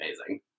amazing